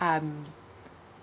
I'm